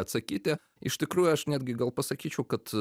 atsakyti iš tikrųjų aš netgi gal pasakyčiau kad